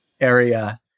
area